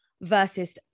versus